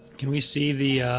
can we see the